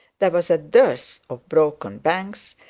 there was a dearth of broken banks,